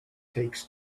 takes